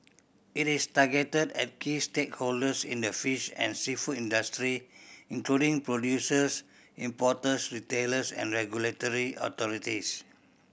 it is targeted at key stakeholders in the fish and seafood industry including producers importers retailers and regulatory authorities